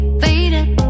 faded